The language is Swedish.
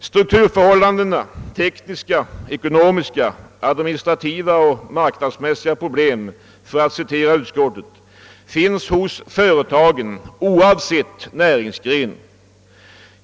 Strukturförhållanden samt — för att citera utskottet — »tekniska, ekonomiska, administrativa och marknadsmässiga problem» finns hos företagen oavsett näringsgren.